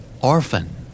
Orphan